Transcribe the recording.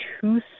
two